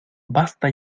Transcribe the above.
basta